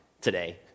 today